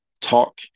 talk